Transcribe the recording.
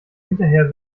hinterher